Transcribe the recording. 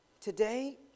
today